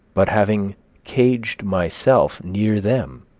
but having caged myself near them.